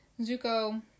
Zuko